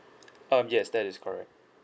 um yes that is correct